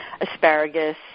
asparagus